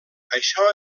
això